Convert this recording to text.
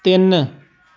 ਤਿੰਨ